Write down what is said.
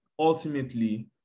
Ultimately